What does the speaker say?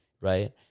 right